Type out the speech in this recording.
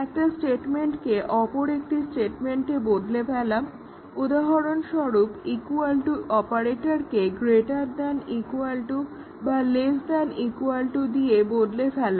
একটা স্টেটমেন্টকে অপর একটি স্টেটমেন্টে বদলে ফেলা উদাহরণস্বরূপ ইকুয়াল টু অপারেটরকে গ্রেটার দ্যান ইকুয়াল টু বা লেস্ দ্যন ইকুয়াল টু দিয়ে বদলে ফেলা